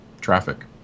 traffic